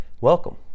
welcome